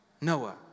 Noah